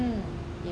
mmhmm